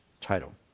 title